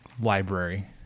library